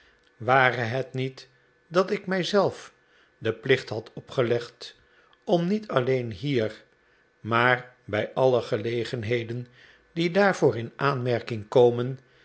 ware het niet dat ik mij zelf den plicht had opgelegd om niet alleen hier maar bij alle gelegenheden die daarvoor in aanmerking komen